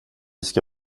ska